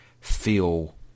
feel